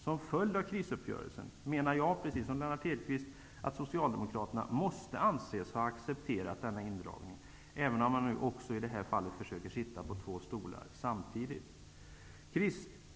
Som en följd av krisuppgörelsen menar jag, precis som Lennart Hedquist, att Socialdemokraterna måste anses ha accepterat denna indragning, även om de även i detta fall försöker sitta på två stolar samtidigt.